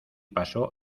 pasó